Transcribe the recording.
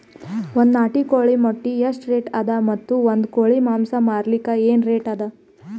ಒಂದ್ ನಾಟಿ ಕೋಳಿ ಮೊಟ್ಟೆ ಎಷ್ಟ ರೇಟ್ ಅದ ಮತ್ತು ಒಂದ್ ಕೋಳಿ ಮಾಂಸ ಮಾರಲಿಕ ಏನ ರೇಟ್ ಅದ?